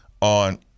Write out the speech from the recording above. on